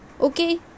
Okay